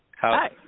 Hi